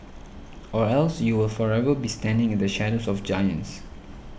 or else you will forever be standing in the shadows of giants